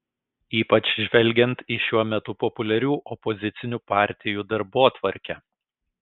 ypač žvelgiant į šiuo metu populiarių opozicinių partijų darbotvarkę